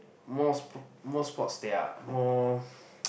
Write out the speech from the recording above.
most most sports they are more